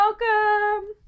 welcome